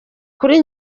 kuri